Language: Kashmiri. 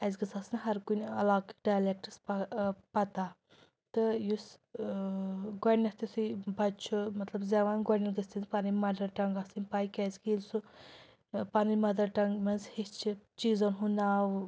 اسہِ گٔژھۍ آسٕنۍ ہَر کُنہِ علاقٕکۍ ڈایلیٚکٹٕس پَہ ٲں پَتَہ تہٕ یُس ٲں گۄڈٕنیٚتھ یُتھُے بَچہٕ چھُ مطلب زیٚوان گۄڈٕنیٚتھ گٔژھہِ تٔمِس پَنٕنۍ مَدَرٹنٛگ آسٕنۍ پَے کیٛازِکہِ ییٚلہِ سُہ پَنٕنۍ مَدَرٹنٛگ منٛز ہیٚچھہِ چیٖزَن ہُنٛد ناو